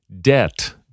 Debt